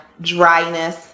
dryness